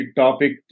topic